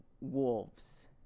wolves